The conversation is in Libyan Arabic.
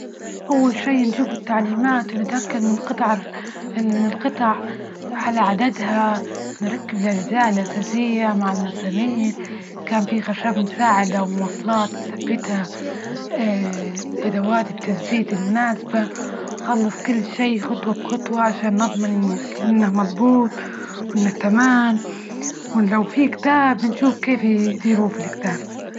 أول شي نشوف التعليمات ونتأكد من قطع ال من القطع على عددها، نركب الأجزاء الأساسية مع المسامير، كان فيه خشب مساعدة ومواصلات نثبتها، أدوات التثبيت المناسبة، خلص كلشي خطوة بخطوة عشان نضمن إنك إنه مظبوط وإن تمام، ولو في كتاب بنشوف كيف يديروا في الكتاب.